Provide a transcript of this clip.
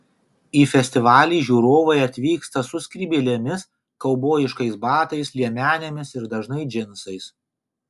į festivalį žiūrovai atvyksta su skrybėlėmis kaubojiškais batais liemenėmis ir dažnai džinsais